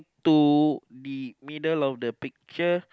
to the middle of the picture